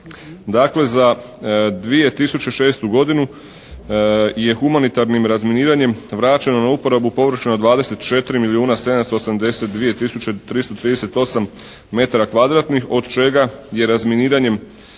Dakle za 2006. godinu je humanitarnim razminiranjem vraćeno na uporabu površina od 24 milijuna